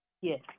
Yes